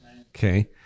okay